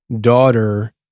daughter